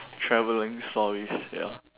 travelling stories ya